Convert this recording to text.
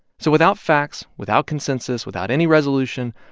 so without facts, without consensus, without any resolution,